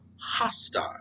hostile